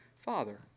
father